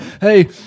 Hey